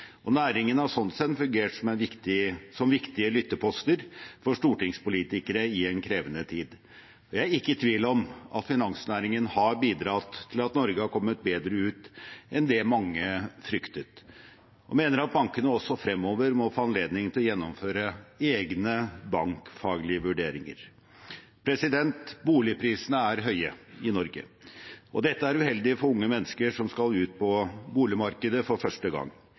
og næringen har sånn sett fungert som viktige lytteposter for stortingspolitikerne i en krevende tid. Jeg er ikke i tvil om at finansnæringen har bidratt til at Norge har kommet bedre ut enn det mange fryktet, og mener at bankene også fremover må få anledning til å gjennomføre egne bankfaglige vurderinger. Boligprisene er høye i Norge, og dette er uheldig for unge mennesker som skal ut på boligmarkedet for første gang.